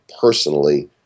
personally